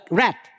rat